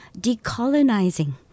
decolonizing